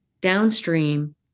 Downstream